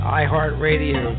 iHeartRadio